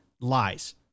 lies